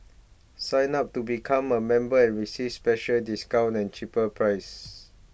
sign up to become a member and receive special discounts and cheaper prices